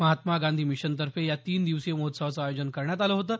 महात्मा गांधी मिशनतर्फे या तीन दिवसीय महोत्सवाचं आयोजन करण्यात आलं होतं